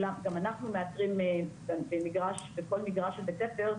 גם אנחנו מאתרים בכל מגרש של בית ספר,